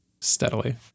steadily